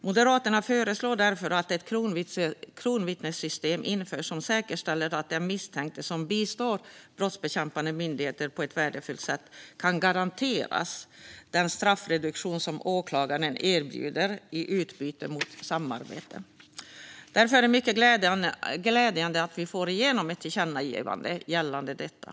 Moderaterna föreslår därför att det införs ett kronvittnessystem som säkerställer att den misstänkte som bistår brottsbekämpande myndigheter på ett värdefullt sätt kan garanteras den straffreduktion som åklagaren erbjuder i utbyte mot samarbetet. Därför är det mycket glädjande att vi får igenom ett tillkännagivande gällande detta.